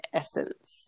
essence